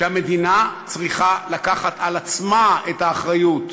שהמדינה צריכה לקחת על עצמה את האחריות,